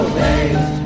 days